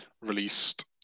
released